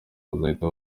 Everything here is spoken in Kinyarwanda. bazahita